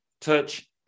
touch